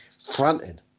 fronting